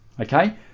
okay